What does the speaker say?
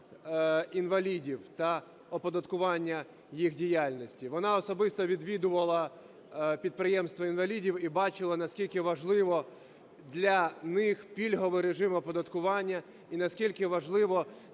інвалідів та оподаткування їх діяльності. Вона особисто відвідувала підприємства інвалідів і бачила, наскільки важливий для них пільговий режим оподаткування і наскільки важливо